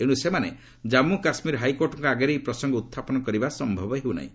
ଏଣୁ ସେମାନେ ଜାଞ୍ମୁ କାଶ୍ମୀର ହାଇକୋର୍ଟଙ୍କ ଆଗରେ ଏହି ପ୍ରସଙ୍ଗ ଉହ୍ଚାପନ କରିପାରିବା ସମ୍ଭବ ହେଉନାହିଁ